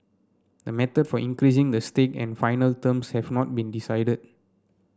the method for increasing the stake and final terms have not been decided